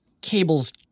Cable's